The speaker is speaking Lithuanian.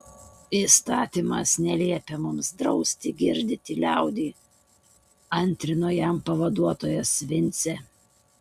įstatymas neliepia mums drausti girdyti liaudį antrino jam pavaduotojas vincė